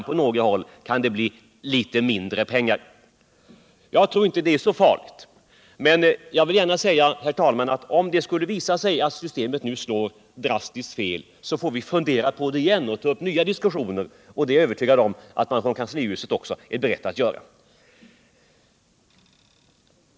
På några håll kan det bli litet mindre pengar. Jag tror inte det är så farligt. Men jag vill gärna säga att om det skulle visa sig att systemet slår drastiskt fel, så får vi fundera på det igen och ta upp nya diskussioner, och det är jag övertygad om att man från kanslihuset också är beredd att göra.